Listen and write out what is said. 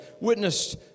witnessed